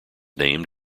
named